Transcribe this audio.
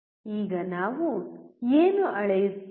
ಈಗ ನಾವು ಏನು ಅಳೆಯುತ್ತೇವೆ